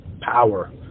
power